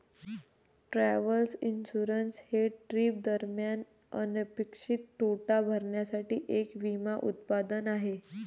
travel insurance हे trip दरम्यान अनपेक्षित तोटा भरण्यासाठी एक विमा उत्पादन आहे